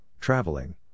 traveling